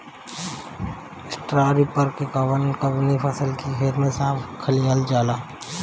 Straw reaper से कवन कवनी फसल के खेत साफ कयील जाला?